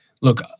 look